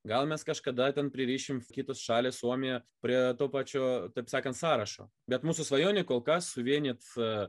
gal mes kažkada ten pririšim kitas šalis suomiją prie to pačio taip sakant sąrašo bet mūsų svajonė kol kas suvienyt